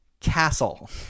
Castle